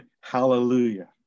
Hallelujah